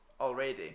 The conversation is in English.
already